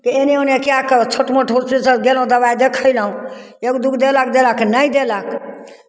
एन्नऽ ओन्नऽ कए कऽ छोट मोट हॉस्पिटल गयलहुँ दबाइ देखयलहुँ एक दू गो देलक देलक नहि देलक